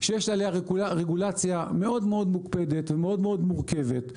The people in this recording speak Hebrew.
שיש עליה רגולציה מאוד מוקפדת ומאוד מאוד מורכבת.